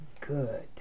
good